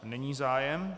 Není zájem.